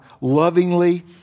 lovingly